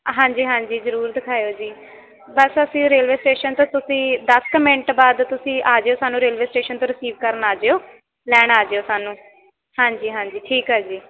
ਹਾਂਜੀ ਹਾਂਜੀ ਜ਼ਰੂਰ ਦਿਖਾਇਓ ਜੀ ਬਸ ਅਸੀਂ ਰੇਲਵੇ ਸਟੇਸ਼ਨ ਤੋਂ ਤੁਸੀਂ ਦਸ ਕੁ ਮਿੰਟ ਬਾਅਦ ਤੁਸੀਂ ਆ ਜਾਇਓ ਸਾਨੂੰ ਰੇਲਵੇ ਸਟੇਸ਼ਨ ਤੋਂ ਰਿਸੀਵ ਕਰਨ ਆ ਜਾਇਓ ਲੈਣ ਆ ਜਾਓ ਸਾਨੂੰ ਹਾਂਜੀ ਹਾਂਜੀ ਠੀਕ ਆ ਜੀ